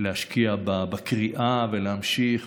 להשקיע בקריאה ולהמשיך.